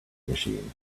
machine